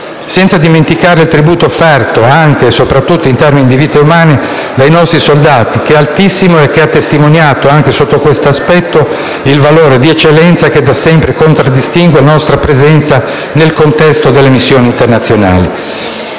Senza dimenticare il tributo offerto, anche e soprattutto in termini di vite umane, dai nostri soldati, che è stato altissimo e che ha testimoniato, anche sotto questo aspetto, il valore di eccellenza che da sempre contraddistingue la nostra presenza nel contesto delle missioni internazionali.